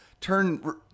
Turn